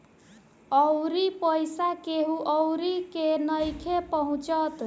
अउरी पईसा केहु अउरी के नइखे पहुचत